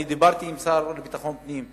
אני דיברתי עם השר לביטחון פנים,